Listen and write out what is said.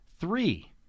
Three